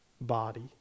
body